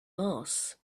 mass